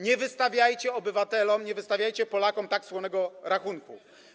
Nie wystawiajcie obywatelom, nie wystawiajcie Polakom tak słonego rachunku.